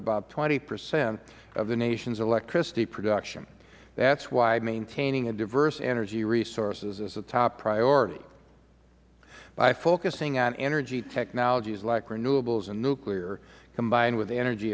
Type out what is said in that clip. about twenty percent of the nation's electricity production that's why maintaining diverse energy resources is a top priority by focusing on energy technologies like renewables and nuclear combined with energy